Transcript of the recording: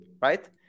right